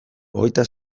hogeita